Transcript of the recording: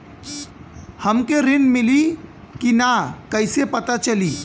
हमके ऋण मिली कि ना कैसे पता चली?